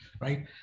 right